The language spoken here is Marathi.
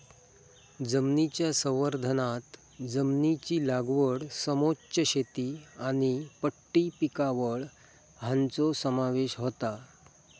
जमनीच्या संवर्धनांत जमनीची लागवड समोच्च शेती आनी पट्टी पिकावळ हांचो समावेश होता